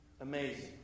Amazing